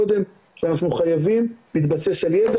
כמו שאני מניח שיאמרו גם אחרים,